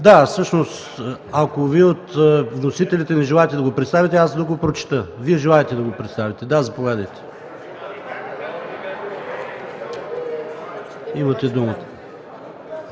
за решение? Ако от вносителите не желаете да го представите, аз да го прочета? Вие желаете да го представите. Заповядайте, имате думата.